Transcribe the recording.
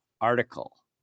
article